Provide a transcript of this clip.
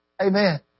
amen